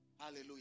Hallelujah